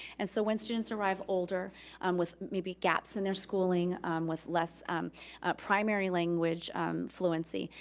and so when students arrive older um with maybe gaps in their schooling with less primary language fluency,